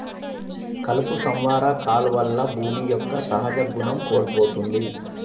కలుపు సంహార కాలువల్ల భూమి యొక్క సహజ గుణం కోల్పోతుంది